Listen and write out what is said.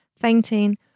fainting